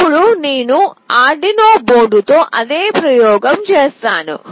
ఇప్పుడు నేను Arduino బోర్డుతో అదే ప్రయోగం చేస్తాను